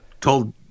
told